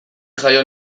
jaio